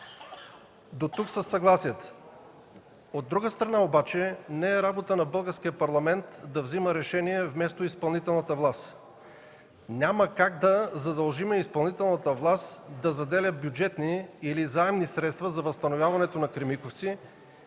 Дотук със съгласието. От друга страна обаче, не е работа на Българския парламент да взема решения вместо изпълнителната власт. Няма как да задължим изпълнителната власт да заделя бюджетни или заемни средства за възстановяването на „Кремиковци”,